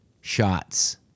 shots